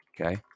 okay